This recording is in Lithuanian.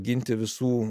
ginti visų